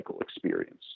experience